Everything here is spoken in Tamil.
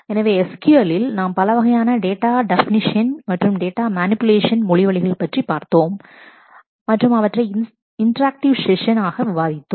எனவே SQL லில் நாம் பலவகையான டேட்டா டேபநிஷன் மற்றும் டேட்டா மேனிபுலேஷன் மொழி வழிகள் பற்றி பார்த்தோம் மற்றும் அவற்றை இன்டராக்டிவ் ஷேஷன் ஆக விவாதித்தோம்